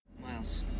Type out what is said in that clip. Miles